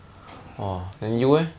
ah so you